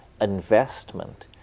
investment